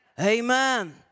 Amen